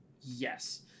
Yes